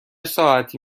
ساعتی